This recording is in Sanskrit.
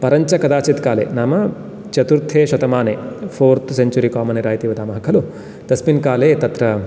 परञ्च कदाचित् काले नाम चतुर्थे शतमाने फ़ोर्थ् सेञ्चुरी कामन् एरा इति वदामः खलु तस्मिन् काले तत्र